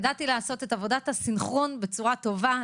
ידעתי לעשות את עבודת הסנכרון בצורה טובה,